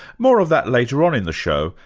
more of that later on in the show,